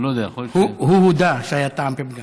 לא יודע, יכול להיות, הוא הודה שהיה טעם לפגם.